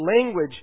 language